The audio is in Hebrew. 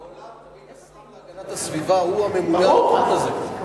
בעולם תמיד השר להגנת הסביבה הוא הממונה על הדבר הזה.